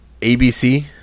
ABC